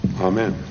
Amen